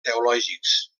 teològics